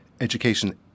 education